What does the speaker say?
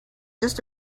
just